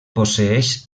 posseeix